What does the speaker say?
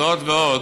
זאת ועוד,